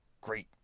great